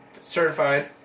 certified